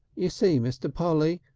you see, mr. polly,